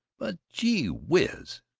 but, gee whiz,